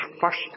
first